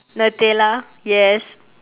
nutella yes